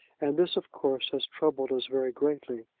and this, of course, has troubled us very greatly.